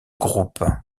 groupe